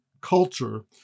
culture